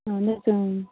اَہن حظ